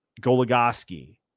Goligoski